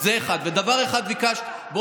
זה, 1. זה לא נכון?